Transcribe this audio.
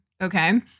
Okay